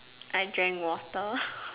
I drank water